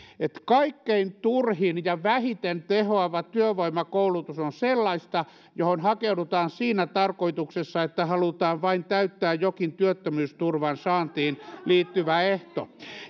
että kaikkein turhin ja vähiten tehoava työvoimakoulutus on sellaista johon hakeudutaan siinä tarkoituksessa että halutaan vain täyttää jokin työttömyysturvan saantiin liittyvä ehto